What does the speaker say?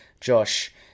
Josh